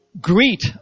greet